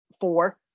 four